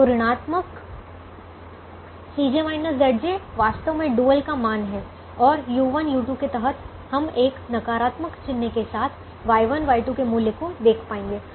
तो ऋणात्मक Cj Zj वास्तव में डुअल का मान है और u1 u2 के तहत हम एक नकारात्मक चिन्ह के साथ Y1 Y2 के मूल्य को देख पाएंगे